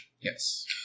Yes